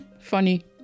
funny